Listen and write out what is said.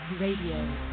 Radio